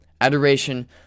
Adoration